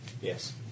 Yes